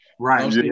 Right